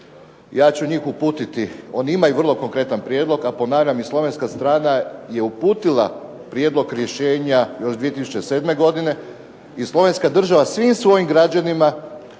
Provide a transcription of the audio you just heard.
ja ću njih uputiti, on ima konkretan prijedlog, a ponavljam i Slovenska strana je uputila prijedlog rješenja još 2007. godine i Slovenska država svim svojim građanima